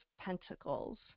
Pentacles